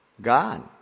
God